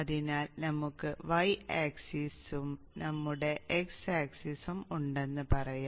അതിനാൽ നമുക്ക് y ആക്സിസും നമ്മുടെ x ആക്സിസും ഉണ്ടെന്ന് പറയാം